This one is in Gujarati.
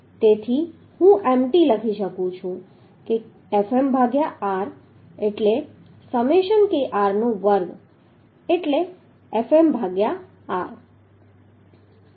તેથી Mt હું લખી શકું છું કે Fm ભાગ્યા r એટલે સમેશન kr નો વર્ગ એટલે કે Fm ભાગ્યા r આ k છે